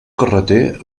carreter